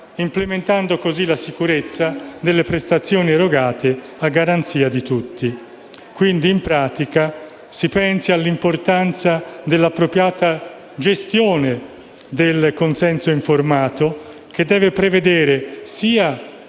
implementando così la sicurezza delle prestazioni erogate a garanzia di tutti. In pratica, si pensi all'importanza dell'appropriata gestione del consenso informato, che deve prevedere che